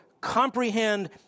comprehend